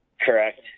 Correct